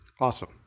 Awesome